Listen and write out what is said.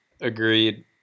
agreed